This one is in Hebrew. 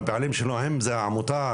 הבעלים שלו אם זה עמותה,